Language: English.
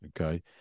okay